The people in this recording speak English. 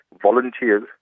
volunteers